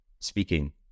speaking